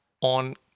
on